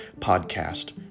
podcast